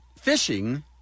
fishing